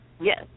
Yes